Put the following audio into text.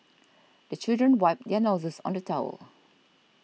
the children wipe their noses on the towel